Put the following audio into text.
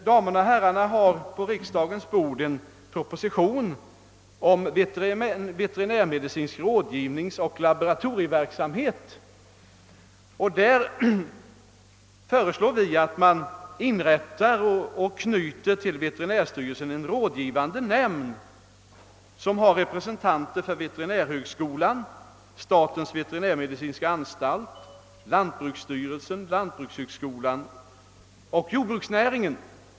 Damerna och herrarna har på riksda gens bord en proposition om en veterinärmedicinsk rådgivningsoch laboratorieverksamhet, i vilken vi föreslår att det inrättas och till veterinärstyrelsen knyts en rådgivande nämnd, bestående av representanter för veterinärhögskolan, statens veterinärmedicinska anstalt, lantbruksstyrelsen, lantbrukshögskolan och jordbruksnäringen.